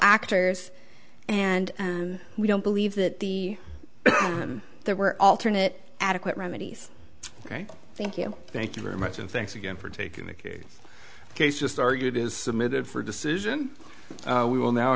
actors and we don't believe that the there were alternate adequate remedies ok thank you thank you very much and thanks again for taking the case case just argued is submitted for decision we will now